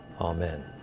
amen